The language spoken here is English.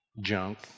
junk